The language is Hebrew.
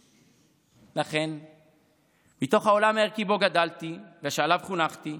לכן מתוך העולם הערכי שבו גדלתי ושעליו חונכתי,